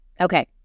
Okay